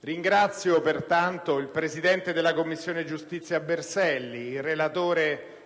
Ringrazio pertanto il presidente della Commissione giustizia Berselli, il relatore